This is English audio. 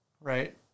right